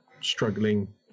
struggling